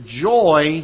joy